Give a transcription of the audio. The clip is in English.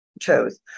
chose